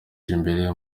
imbere